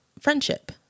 friendship